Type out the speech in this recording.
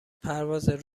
پرواز